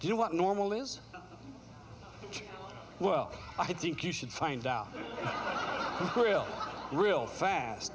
do what normal is well i think you should find out really real fast